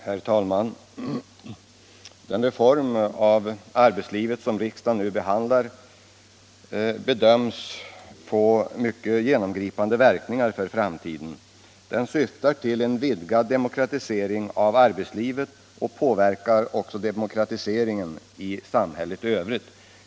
Herr talman! Den reform av arbetslivet som riksdagen nu behandlar bedöms få mycket genomgripande verkningar för framtiden. Den syftar till en vidgad demokratisering av arbetslivet och påverkar också demokratiseringen i samhället i övrigt.